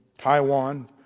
Taiwan